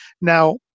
Now